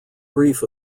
brief